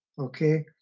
okay